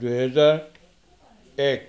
দুহেজাৰ এক